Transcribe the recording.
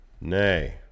Nay